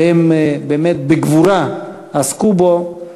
שהם באמת בגבורה עסקו בו,